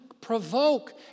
provoke